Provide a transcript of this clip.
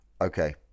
Okay